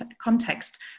context